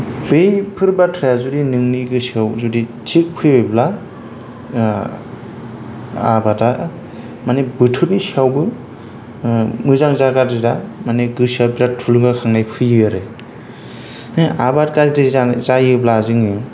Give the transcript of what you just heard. बैफोर बाथ्राया जुदि नोंनि गोसोआव जुदि थिग फैयोब्ला आबादा माने बोथोरनि सायावबो मोजांजा गाज्रिजा मानि गोसोआव बिराद थुलुंगाखांनाय फैयो आरो बे आबाद गाज्रि जायोब्ला जोङो